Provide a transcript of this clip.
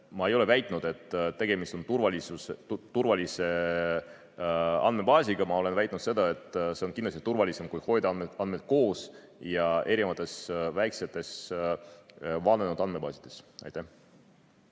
Ma ei ole väitnud, et tegemist on turvalise andmebaasiga. Ma olen väitnud seda, et see on kindlasti turvalisem kui hoida andmeid koos ja erinevates väiksetes vananenud andmebaasides. Henn